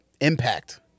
impact